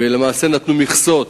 ולמעשה נתנו מכסות